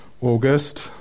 August